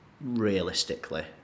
realistically